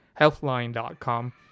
Healthline.com